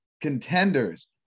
Contenders